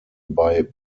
bei